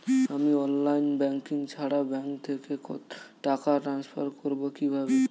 আমি online banking ছাড়া bank থেকে টাকা ট্রান্সফার করবো কিভাবে?